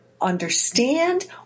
understand